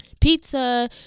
pizza